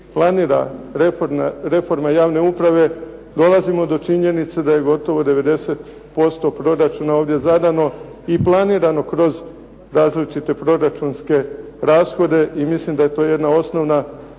planira reforma javne uprave, dolazimo do činjenice da je gotovo 90% proračuna ovdje zadano i planirano kroz različite proračunske rashode. I mislim da je to jedna osnovna